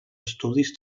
estudis